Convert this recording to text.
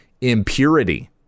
Impurity